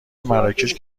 مراکش